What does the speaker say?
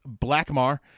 Blackmar